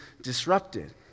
disrupted